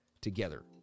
together